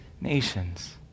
nations